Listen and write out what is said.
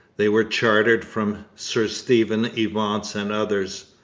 they were chartered from sir stephen evance and others,